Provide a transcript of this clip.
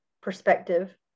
perspective